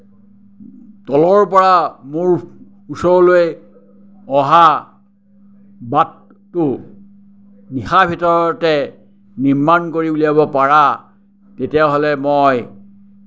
তলৰ পৰা মোৰ ওচৰলৈ অহা বাটটো নিশাৰ ভিতৰতে নিৰ্মাণ কৰি উলিয়াব পাৰা তেতিয়াহ'লে মই